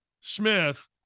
Smith